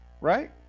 right